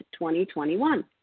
2021